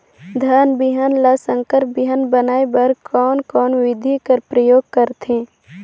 धान बिहान ल संकर बिहान बनाय बर कोन कोन बिधी कर प्रयोग करथे?